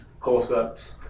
close-ups